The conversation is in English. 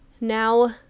Now